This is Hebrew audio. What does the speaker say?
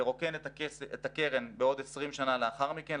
לרוקן את הקרן בעוד 20 שנה לאחר מכן,